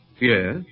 Yes